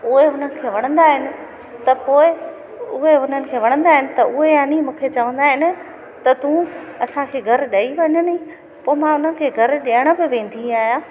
उहे उन्हनि खे वणंदा आहिनि त पोइ उहे उन्हनि खे वणंदा आहिनि त उहे याने मूंखे चवंदा आहिनि त तूं असांखे घरु ॾेई वञ न त मां उन्हनि खे घरु ॾियण बि वेंदी आहियां